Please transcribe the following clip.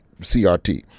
CRT